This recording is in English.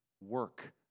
work